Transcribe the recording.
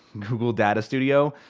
google data studio,